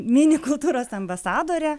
mini kultūros ambasadorė